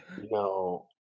No